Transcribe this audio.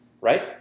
Right